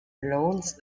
lawns